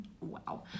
Wow